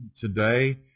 today